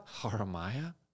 Haramaya